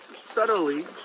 subtly